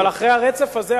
אבל אחרי הרצף הזה,